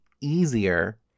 easier